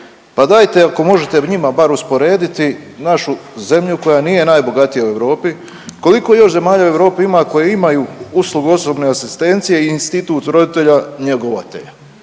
pa dajete ako možete njima bar usporediti našu zemlju koja nije najbogatija u Europi, koliko još zemalja u Europi ima koje imaju uslugu osobne asistencije i institut roditelja njegovatelja.